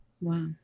Wow